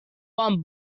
one